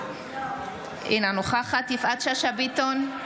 אינה נוכחת יפעת שאשא ביטון,